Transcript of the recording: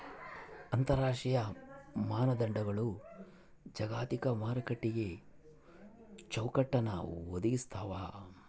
ಅಂತರರಾಷ್ಟ್ರೀಯ ಮಾನದಂಡಗಳು ಜಾಗತಿಕ ಮಾರುಕಟ್ಟೆಗೆ ಚೌಕಟ್ಟನ್ನ ಒದಗಿಸ್ತಾವ